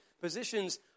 positions